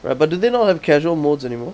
right but do they not have casual modes anymore